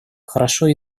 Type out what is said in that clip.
хорошо